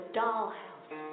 dollhouse